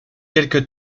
quelque